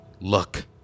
Look